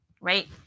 right